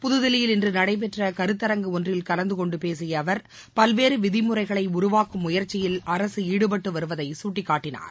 புதுதில்லியில் இன்று நடைபெற்ற கருத்தரங்கு ஒன்றில் கலந்து கொண்டு பேசிய அவர் பல்வேறு விதிமுறைகளை உருவாக்கும் முயற்சியில் அரசு ஈடுபட்டு வருவதை சுட்டிக்காட்டினார்